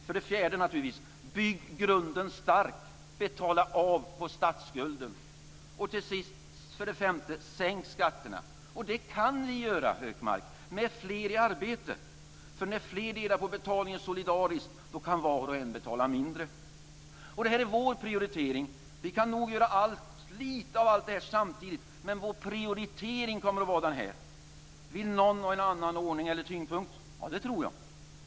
För det fjärde: Bygg grunden stark och betala av på statsskulden! För det femte: Sänk skatterna! Det kan vi göra, Hökmark, med fler i arbete. När fler delar på betalningen solidariskt kan var och en betala mindre. Det här är vår prioritering. Vi kan nog göra lite av allt detta samtidigt men vår prioritering kommer att vara den här. Vill någon ha en annan ordning eller tyngdpunkt? Ja, det tror jag.